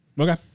Okay